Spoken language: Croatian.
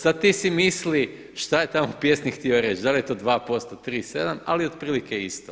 Sada ti si misli šta je tamo pjesnik htio reći, da li je to 2%, 3, 7, ali otprilike isto.